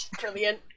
Brilliant